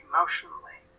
Emotionally